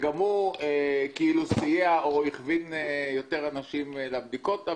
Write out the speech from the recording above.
שאולי גם הוא סייע להכווין יותר אנשים לבדיקות.